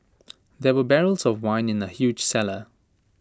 there were barrels of wine in the huge cellar